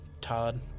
Todd